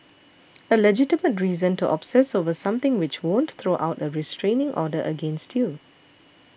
a legitimate reason to obsess over something which won't throw out a restraining order against you